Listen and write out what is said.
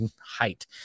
height